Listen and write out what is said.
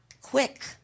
quick